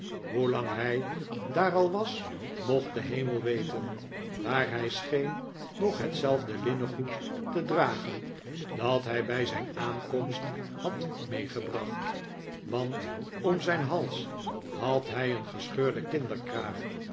hoelang hij daar al was mocht de hemel weten maar hij scheen nog hetzelfde linnengoed te dragen dat hij bij zijn aankomst had meegebracht want om zijn hals had hij een gescheurden